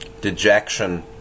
dejection